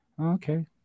Okay